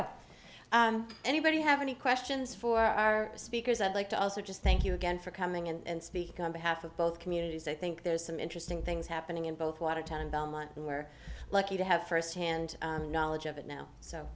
got anybody have any questions for our speakers i'd like to also just thank you again for coming and speaking on behalf of both communities i think there's some interesting things happening in both lot of time belmont who are lucky to have firsthand knowledge of it now so